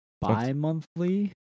bi-monthly